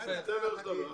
ז' בחשון זה יום העלייה.